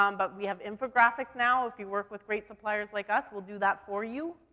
um but we have infographics now. if you work with great suppliers like us, we'll do that for you.